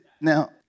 now